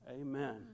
Amen